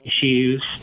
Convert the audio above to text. issues